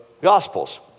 Gospels